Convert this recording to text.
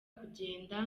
kugenda